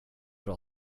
fått